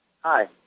Hi